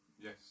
Yes